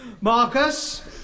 Marcus